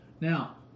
Now